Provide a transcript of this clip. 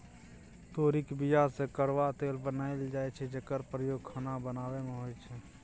तोरीक बीया सँ करुआ तेल बनाएल जाइ छै जकर प्रयोग खाना बनाबै मे होइ छै